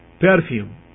perfume